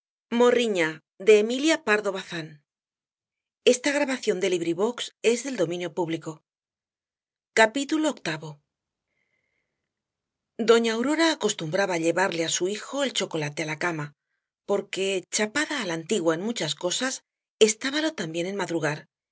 envío viii doña aurora acostumbraba llevarle á su hijo el chocolate á la cama porque chapada á la antigua en muchas cosas estábalo también en madrugar